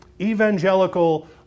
evangelical